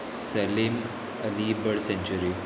Salim Ali bird sanctuary